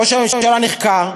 ראש הממשלה נחקר,